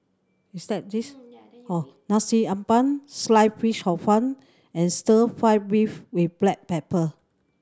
with that this Nasi Ambeng Sliced Fish Hor Fun and Stir Fry beef with black pepper